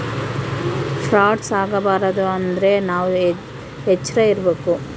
frauds ಆಗಬಾರದು ಅಂದ್ರೆ ನಾವ್ ಎಚ್ರ ಇರ್ಬೇಕು